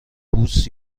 بوس